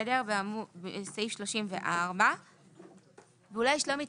סעיף 34. שלומי,